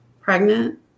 pregnant